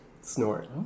snort